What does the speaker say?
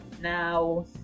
Now